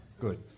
Good